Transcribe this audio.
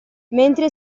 mentre